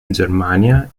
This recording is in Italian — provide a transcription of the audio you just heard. germania